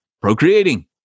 procreating